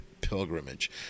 Pilgrimage